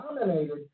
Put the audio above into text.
dominated